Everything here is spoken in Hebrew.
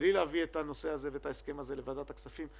בלי להביא את הנושא ואת ההסכם הזה לוועדת הכספים.